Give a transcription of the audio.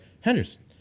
Henderson